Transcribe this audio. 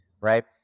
right